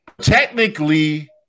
technically